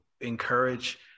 encourage